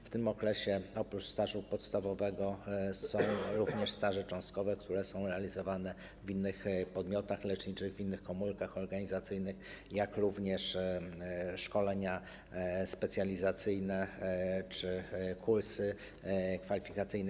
W tym okresie oprócz stażu podstawowego są również staże cząstkowe, które są realizowane w innych podmiotach leczniczych, w innych komórkach organizacyjnych, oraz szkolenia specjalizacyjne czy kursy kwalifikacyjne.